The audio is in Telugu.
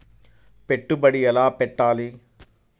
పెట్టుబడి ఎలా పెట్టాలి?